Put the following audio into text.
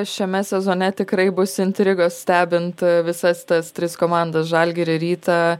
šiame sezone tikrai bus intrigos stebint visas tas tris komandas žalgirį rytą